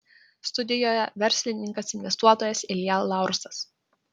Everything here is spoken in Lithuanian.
studijoje verslininkas investuotojas ilja laursas